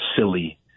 silly